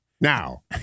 Now